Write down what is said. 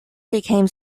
became